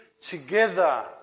together